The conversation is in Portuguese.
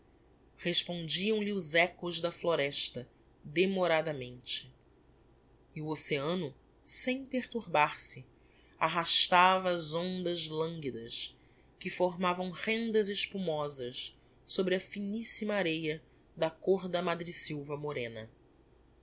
gritos respondiam-lhe os echos da floresta demoradamente e o oceano sem perturbar se arrastava as ondas languidas que formavam rendas espumosas sobre a finissima areia da côr da madresylva morena